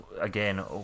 again